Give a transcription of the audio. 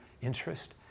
interest